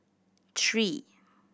three